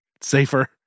Safer